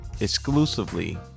exclusively